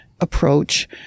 approach